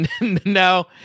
No